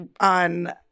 on